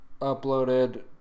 uploaded